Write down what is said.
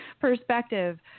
perspective